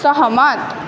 सहमत